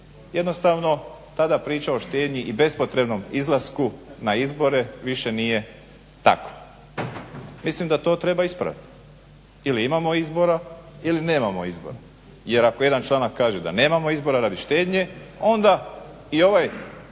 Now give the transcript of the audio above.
Jednostavno tada priča o štednji i bespotrebnom izlasku na izbore više nije takva. Mislim da to treba ispravit, ili imamo izbora ili nemamo izbora. Jer ako jedan članak kaže da nemamo izbora radi štednje onda i ovaj